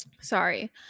Sorry